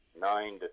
nine